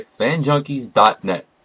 FanJunkies.net